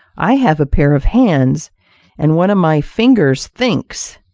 i have a pair of hands and one of my fingers thinks.